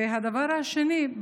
והדבר השני,